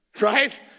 right